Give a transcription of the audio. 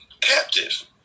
captive